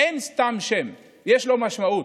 אין סתם שם, יש לו משמעות.